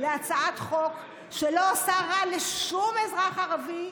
להצעת חוק שלא עושה רע לשום אזרח ערבי,